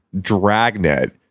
dragnet